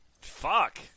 Fuck